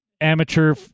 Amateur